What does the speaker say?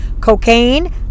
cocaine